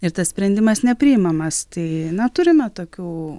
ir tas sprendimas nepriimamas tai na turime tokių